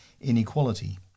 Inequality